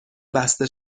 بسته